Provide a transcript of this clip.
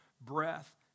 breath